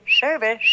service